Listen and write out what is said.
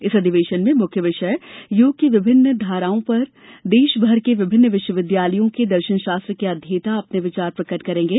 इस अधिवेशन में मुख्य विषय योग की विभिन्न धाराएं पर देश भर के विभिन्न विश्वविद्यालयों के दर्शनशास्त्र के अध्येता अपने विचार प्रकट करेंगे